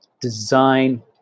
design